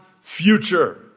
future